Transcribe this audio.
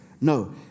no